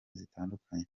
zitandukanye